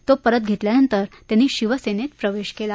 तो परत घेतल्यानंतर त्यांनी शिवसेनेत प्रवेश केला